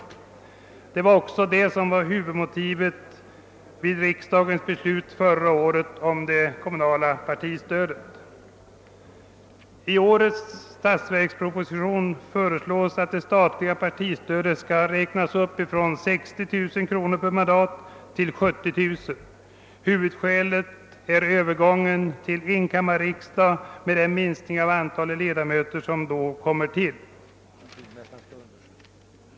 Detta var också huvudmotivet vid riksdagens beslut förra året om det kommunala partistödet. I årets statsverksproposition föreslås att det statliga partistödet skall räknas upp från 60 000 till 70 000 kr. per mandat. Huvudskälet härför är Öövergången till enkammarriksdag och den minskning av antalet ledamöter till sammanlagt 3530 som då inträder.